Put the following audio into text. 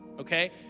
okay